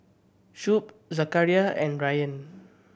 Shuib Zakaria and Ryan